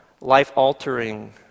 life-altering